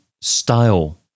style